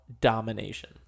domination